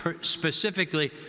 specifically